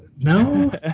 No